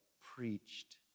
preached